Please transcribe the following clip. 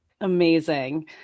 Amazing